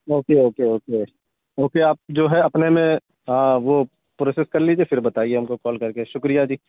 okay okay okay okay آپ جو ہے اپنے میں ہاں وہ پروسیس کر لیجیے پھر بتائیے ہم کو کال کر کے شکریہ جی